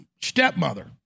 stepmother